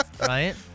right